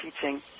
teaching